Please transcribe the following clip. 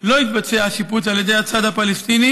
לא יתבצע השיפוץ על ידי הצד הפלסטיני,